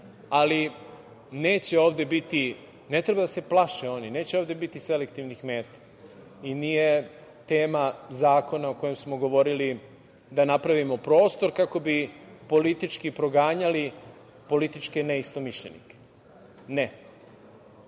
ali neće ovde biti, ne treba da se plaše oni, neće ovde biti selektivnih meta i nije tema zakona o kojem smo govorili da na pravimo prostor kako bi politički proganjali političke neistomišljenike. Ne,